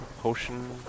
Potion